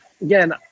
again